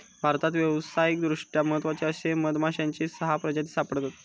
भारतात व्यावसायिकदृष्ट्या महत्त्वाचे असे मधमाश्यांची सहा प्रजाती सापडतत